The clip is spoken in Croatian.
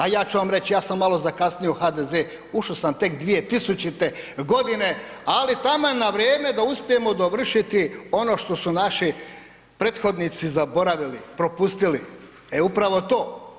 A ja ću vam reći ja sam malo zakasnio u HDZ, ušo sam tek 2000. godine, ali taman na vrijeme da uspijemo dovršiti ono što su naši prethodnici zaboravili, propustili, e upravo to.